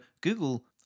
Google